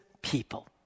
people